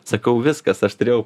sakau viskas aš turėjau